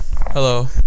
Hello